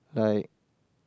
like